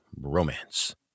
romance